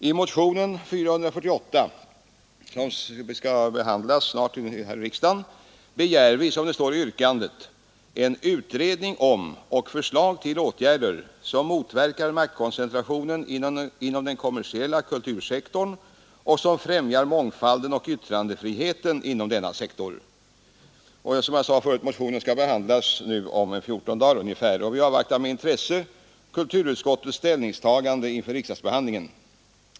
I motionen 448, som snart skall behandlas i riksdagen, begär vi, som det står i yrkandet, ”utredning och förslag till åtgärder som motverkar maktkoncentrationen inom den kommersiella kultursektorn och som främjar mångfalden och yttrandefriheten inom denna sektor”. Som jag sade skall motionen behandlas om ungefär 14 dagar, och vi avvaktar med intresse kulturutskottets ställningstagande inför riksdagsbehandlingen.